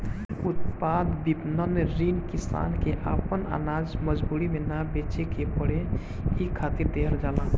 उत्पाद विपणन ऋण किसान के आपन आनाज मजबूरी में ना बेचे के पड़े इ खातिर देहल जाला